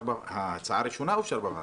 ההצעה הראשונה אושרה בוועדה.